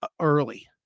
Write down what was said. early